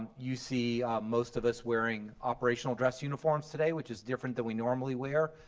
you see most of us wearing operational dress uniform today which is different than we normally wear,